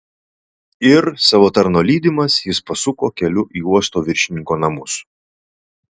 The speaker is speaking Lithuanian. ir savo tarno lydimas jis pasuko keliu į uosto viršininko namus